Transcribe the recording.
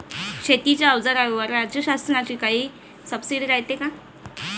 शेतीच्या अवजाराईवर राज्य शासनाची काई सबसीडी रायते का?